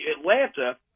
Atlanta